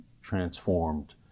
transformed